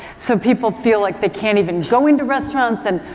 so people feel like they can't even go into restaurants and,